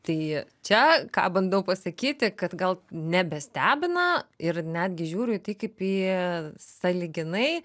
tai čia ką bandau pasakyti kad gal nebestebina ir netgi žiūriu į tai kaip į sąlyginai